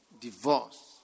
Divorce